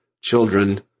children